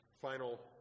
final